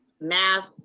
math